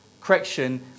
Correction